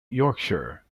yorkshire